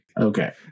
Okay